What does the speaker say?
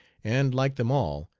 and, like them all,